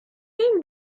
این